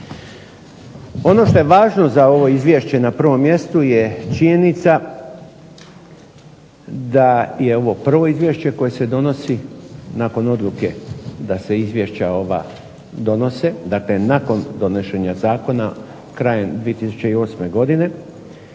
Ono što je važno za ovo izvješće na prvom mjestu je činjenica da je ovo prvo izvješće koje se donosi nakon odluke da se izvješća ova donose, dakle nakon donošenja zakona krajem 2008. godine,